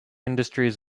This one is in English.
industries